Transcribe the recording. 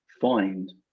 find